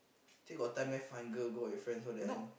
think got time meh find girl go out with friends all that